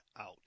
out